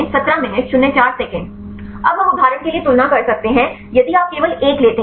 अब हम उदाहरण के लिए तुलना कर सकते हैं यदि आप केवल 1 लेते हैं